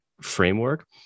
framework